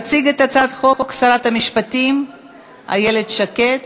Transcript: תציג את הצעת החוק שרת המשפטים איילת שקד.